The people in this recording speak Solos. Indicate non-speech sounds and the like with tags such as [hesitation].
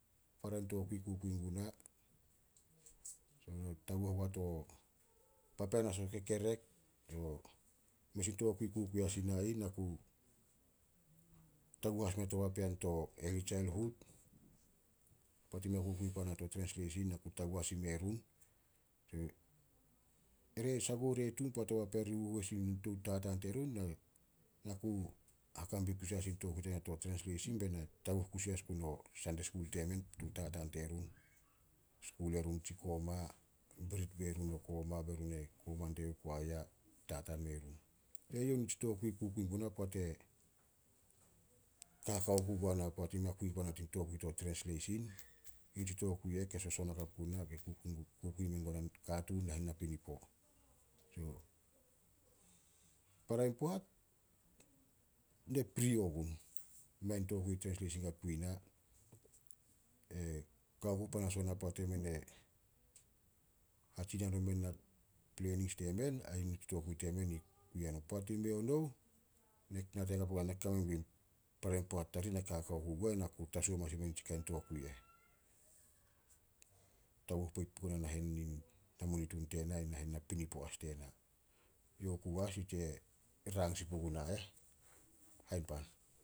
Para in tokui kukui guna. [unintelligible] Taguh ogua to papean as o kekerek. [unintelligible] Mes in tokui kukui as i na ih, na ku taguh as mea papean to eli tsail huud, poat i mei a kukui puana to trensleisin, na ku taguh as ime run. [unintelligible] Ere, sagou re tun poat o papean ri huhois sin in tou tataan terun, [hesitation] na ku haka bi kusi as in tokui tena to trensleisin be na taguh kusi as gun o Sande skul temen tou tataan terun. Skul erun tsi koma, birit bo erun o koma be run e koma dieyouh, koaiya, tataan mei run. Eyouh nitsi tokui kukui guna poat e, kakao ku guana, poat i mei a kui puana tin tokui to trensleisin, yi tsi tokui eh ke soson hakap guna ke [hesitation] kukui menguna o katuun nahen napinipo. [unintelligible] Para in poat, ne pri ogun. Mei an tokui trensleisin ka kui i na. [hesitation] Kao ku panas ona poat emen e hatsin hanon men na [hesitation] plenings temen ai nitsi tokui temen i kui hanon. Poat i mei nouh, ne nate hakap ogunah, ne kame gun para poat tarih ne kakao ku guo ai na ku tasu amanas me nitsi kain tokui eh. Taguh poit [unintelligible] na munitun tena ai nahen napinipo as tena. Youh ku as [unintelligible] rang sin puguna eh, Hainpan.